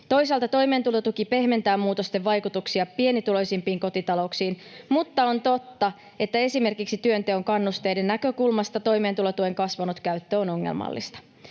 Toisaalta toimeentulotuki pehmentää muutosten vaikutuksia pienituloisimpiin kotitalouksiin, mutta on totta, että esimerkiksi työnteon kannusteiden näkökulmasta toimeentulotuen kasvanut käyttö on ongelmallista.